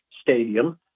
Stadium